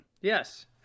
Yes